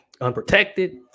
unprotected